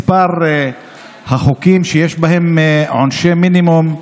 מספר החוקים שיש בהם עונשי מינימום,